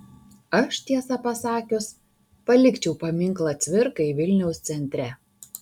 aš tiesą pasakius palikčiau paminklą cvirkai vilniaus centre